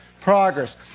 progress